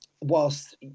whilst